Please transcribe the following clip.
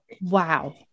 wow